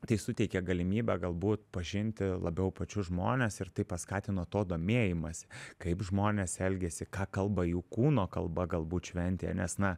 tai suteikė galimybę galbūt pažinti labiau pačius žmones ir tai paskatino to domėjimąsi kaip žmonės elgiasi ką kalba jų kūno kalba galbūt šventėje nes na